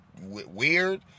weird